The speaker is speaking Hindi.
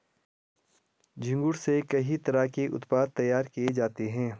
झींगुर से कई तरह के उत्पाद तैयार किये जाते है